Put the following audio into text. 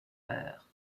père